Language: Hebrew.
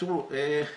תראו,